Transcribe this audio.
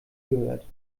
gehört